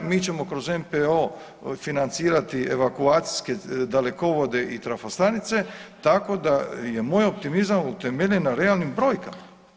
Mi ćemo kroz MPO financirati evakuacijske dalekovode i trafostanice tako da je moj optimizam utemeljen na realnim brojkama.